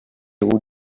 who